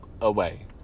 away